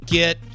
get